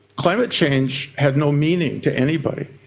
climate change had no meaning to anybody.